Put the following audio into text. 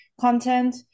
content